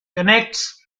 connects